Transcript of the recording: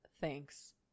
Thanks